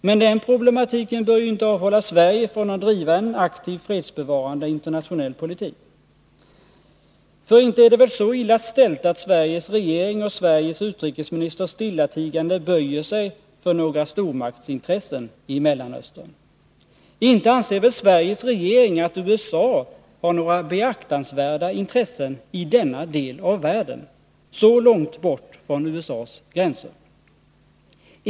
Men den problematiken bör inte avhålla Sverige från att driva en aktiv fredsbevarande internationell politik. För det är väl inte så illa ställt att Sveriges regering och Sveriges utrikesminister stillatigande böjer sig för några stormaktsintressen i Mellanöstern? Inte anser väl Sveriges regering att USA har några beaktansvärda intressen i denna del av världen, så långt bort ifrån USA:s gränser?